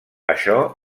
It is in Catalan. això